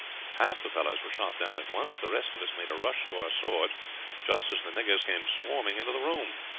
half the fellows were shot down at once the rest of us made a rush to our swords just as the niggers came swarming into the room.